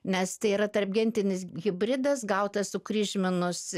nes tai yra tarpgentinis hibridas gautas sukryžminus